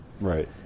Right